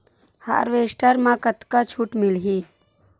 Harvester म कतका छूट मिलही?